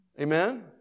Amen